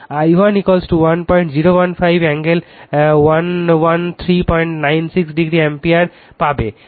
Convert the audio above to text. i1 1015 কোণ 11396 degree ampere পাবে